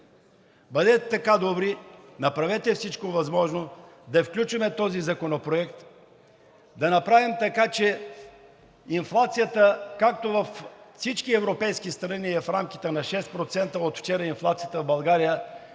Бъдете така добри, направете всичко възможно да включим този законопроект, да направим така, че инфлацията, както във всички европейски страни е в рамките на 6%, от вчера статистическите